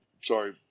sorry